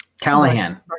Callahan